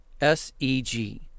SEG